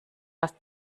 was